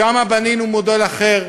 שם בנינו מודל אחר,